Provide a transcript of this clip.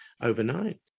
overnight